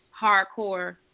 hardcore